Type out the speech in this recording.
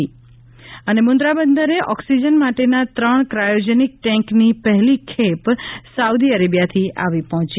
ઃ મુંદ્રા બંદરે ઓક્સિજન માટેના ત્રણ ક્રાયોજેનિક ટેન્કની પહેલી ખેપ સાઉદી અરેબિયાથી આવી પહોંચી